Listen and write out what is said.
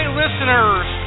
listeners